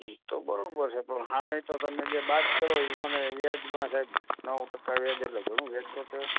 હ એ તો બરાબર છે પણ સામે તો તમે જે બાદ કરો એ એ મને વ્યાજમાં સાહેબ નવ ટકા વ્યાજ એટલે ઘણું વ્યાજ ન કહેવાય